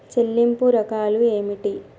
చెల్లింపు రకాలు ఏమిటి?